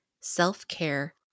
self-care